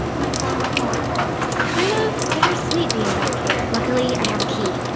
my former home. it's kind of bittersweet being back here. luckily, i have a key.